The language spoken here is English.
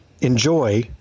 enjoy